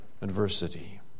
adversity